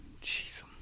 Jesus